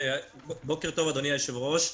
בוקר טוב, אדוני היושב-ראש.